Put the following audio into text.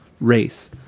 race